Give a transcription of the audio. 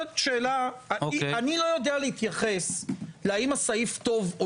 אני לא יודע להתייחס אם הסעיף טוב או